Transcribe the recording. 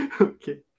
Okay